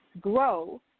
grow